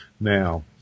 Now